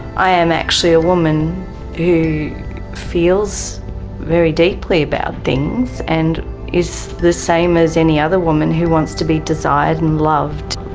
i am actually a woman who feels very deeply about things and is the same as any other woman who wants to be desired and loved.